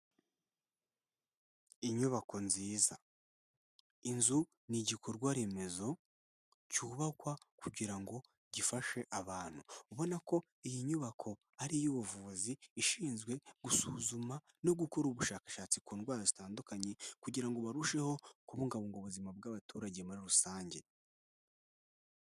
Inyubako nziza, inzu ni igikorwa remezo cyubakwa kugirango gifashe abantu, ubona ko iyi nyubako ari iy'ubuvuzi ishinzwe gusuzuma no gukora ubushakashatsi ku ndwara zitandukanye kugirango barusheho kubungabunga ubuzima bw'abaturage muri rusange.